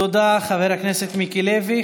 תודה, חבר הכנסת מיקי לוי.